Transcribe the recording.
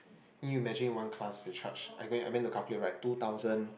can you imagine one class they charge I go in I went to calculate right two thousand